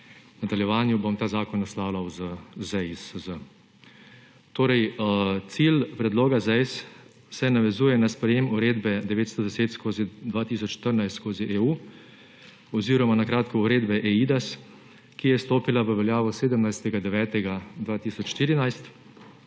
nadaljevanju bom ta zakon naslavljal z ZEISZ. Cilj predloga ZEISZ se navezuje na sprejetje Uredbe 910/2014/EU oziroma na kratko Uredbe eIDAS, ki je stopila v veljavo 17. 9. 2014,